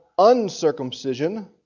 uncircumcision